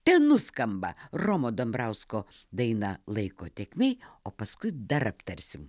tenuskamba romo dambrausko daina laiko tėkmė o paskui dar aptarsim